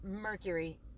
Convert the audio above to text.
Mercury